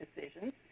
decisions